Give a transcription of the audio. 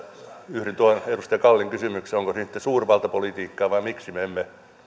yhdyn tuohon edustaja kallin kysymykseen onko se sitten suurvaltapolitiikkaa vai miksi me emme